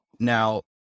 Now